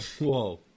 Whoa